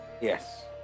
Yes